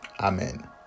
amen